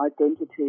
identity